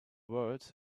world